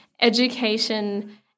education